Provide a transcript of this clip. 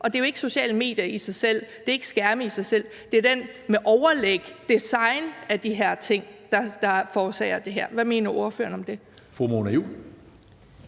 og det er jo ikke de sociale medier i sig selv, det er ikke skærmene i sig selv. Men det er jo det design, som er skabt med overlæg, af de her ting, der forårsager det her. Hvad mener ordføreren om det? Kl.